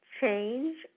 change